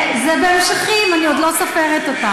זה בהמשכים, אני עוד לא סופרת אותן.